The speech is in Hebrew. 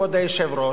כבוד היושב-ראש,